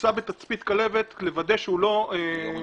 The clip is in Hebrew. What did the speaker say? נמצא בתצפית כלבת כדי לוודא שהוא לא מת